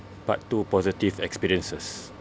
part two positive experiences